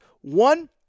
One